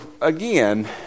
again